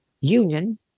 union